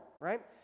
right